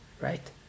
right